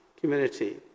community